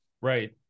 Right